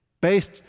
based